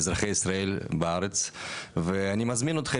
אזרחי ישראל בארץ ואני מזמין אותכם,